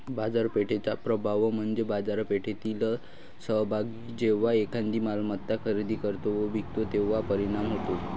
बाजारपेठेचा प्रभाव म्हणजे बाजारपेठेतील सहभागी जेव्हा एखादी मालमत्ता खरेदी करतो व विकतो तेव्हा परिणाम होतो